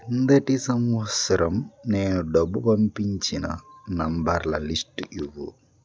క్రిందటి సంవత్సరం నేను డబ్బు పంపించిన నంబర్ల లిస్ట్ ఇవ్వు